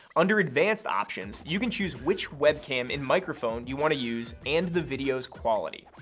under advanced options, you can choose which webcam and microphone you want to use and the video quality.